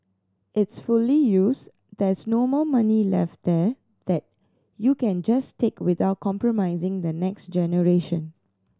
it's fully used there's no more money left there that you can just take without compromising the next generation